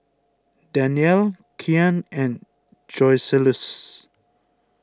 Danyelle Kyan and Joseluis